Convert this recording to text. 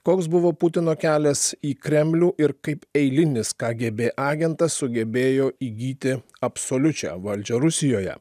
koks buvo putino kelias į kremlių ir kaip eilinis kgb agentas sugebėjo įgyti absoliučią valdžią rusijoje